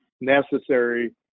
necessary